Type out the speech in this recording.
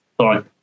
Sorry